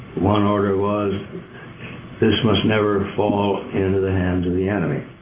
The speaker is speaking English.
one order was this must never fall into the hands of the enemy.